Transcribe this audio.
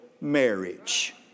marriage